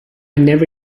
never